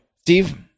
Steve